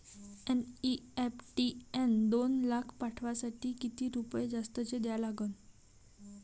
NEFT न दोन लाख पाठवासाठी किती रुपये जास्तचे द्या लागन?